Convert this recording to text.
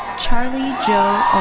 charly jo